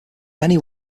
many